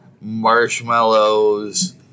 marshmallows